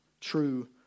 true